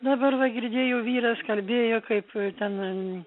dabar va girdėjau vyras kalbėjo kaip ten